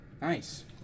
Nice